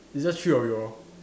it's just three of you all